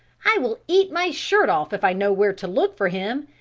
i will eat my shirt off if i know where to look for him!